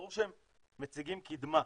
ברור שהם מציגים קדמה,